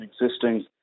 existing